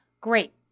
Great